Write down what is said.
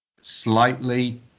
slightly